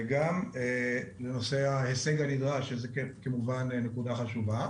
וגם לנושא ההישג הנדרש, שזו כמובן נקודה חשובה.